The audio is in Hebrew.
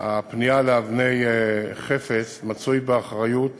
הפנייה לאבני-חפץ, מצוי באחריות